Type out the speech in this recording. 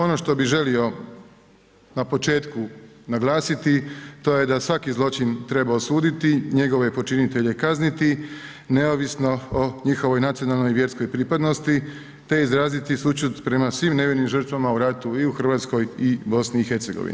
Ono što bih želio na početku naglasiti, to je da svaki zločin treba osuditi, njegove počinitelje kazniti neovisno o njihovoj nacionalnoj i vjerskoj pripadnosti te izraziti sućut prema svim nevinim žrtvama u ratu i u Hrvatskoj i BiH.